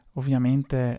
ovviamente